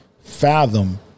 fathom